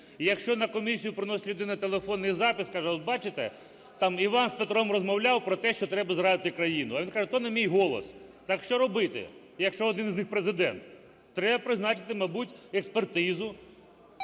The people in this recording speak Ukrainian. якщо на комісію приносить людина телефонний запис, каже, от, бачите, там Іван з Петром розмовляв про те, що треба зрадити країну. А він каже, то не мій голос. Так що робити, якщо один з них Президент? Треба призначити, мабуть, експертизу